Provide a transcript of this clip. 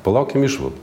palaukim išvadų